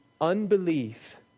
unbelief